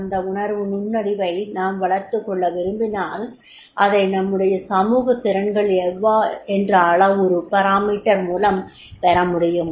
அந்த உணர்வு நுண்ணறிவை நாம் வளர்த்துக் கொள்ள விரும்பினால் அதை நம்முடைய சமூக திறன்கள் என்ற அளவுரு மூலம் பெற முடியும்